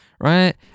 right